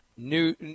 New